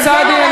חבר הכנסת סעדי,